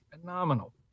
Phenomenal